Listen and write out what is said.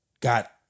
got